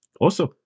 Awesome